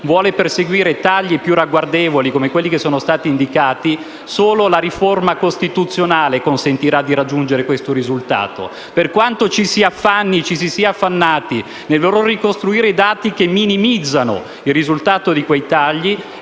vuole perseguire tagli più ragguardevoli, come quelli che sono stati indicati, che solo la riforma costituzionale consentirà di raggiungere questo risultato. Per quanto ci si affanni e ci si sia affannati nel voler ricostruire dati che minimizzano il risultato di quei tagli,